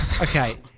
okay